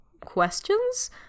questions